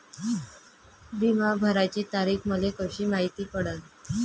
बिमा भराची तारीख मले कशी मायती पडन?